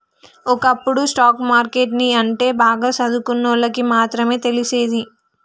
ఒకప్పుడు stock market ని అంటే బాగా సదువుకున్నోల్లకి మాత్రమే తెలిసేది